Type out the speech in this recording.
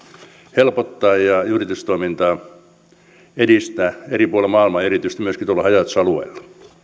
helpottaa ja yritystoimintaa edistää eri puolilla maailmaa ja erityisesti myöskin tuolla haja asutusalueilla